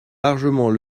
largement